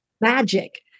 magic